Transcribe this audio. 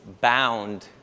Bound